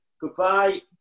goodbye